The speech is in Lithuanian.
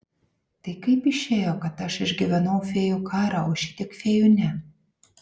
tai kaip išėjo kad aš išgyvenau fėjų karą o šitiek fėjų ne